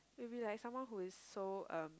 maybe like someone who is so um